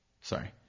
sorry